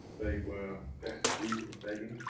they were destitute and begging,